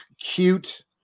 cute